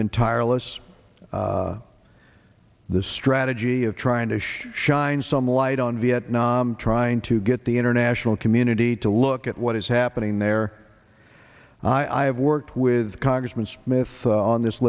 been tireless the strategy of trying to shine some light on vietnam trying to get the international community to look at what is happening there and i have worked with congressman smith on this